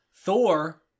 Thor